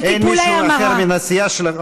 אין מישהו אחר מהסיעה שלך,